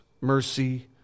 mercy